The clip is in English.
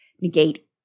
negate